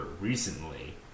recently